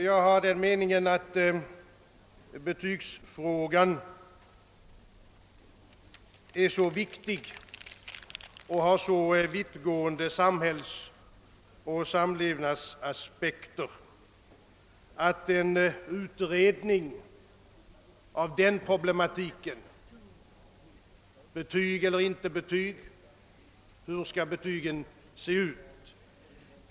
Jag har den åsikten att betygsfrågan är så viktig och har så vittgående samhällsoch samlevnadsaspekter att en utredning av denna problematik — betyg eller inte betyg, hur betygen skall se ut 0. s. v.